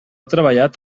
treballat